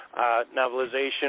novelization